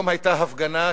היום היתה הפגנה,